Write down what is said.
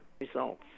results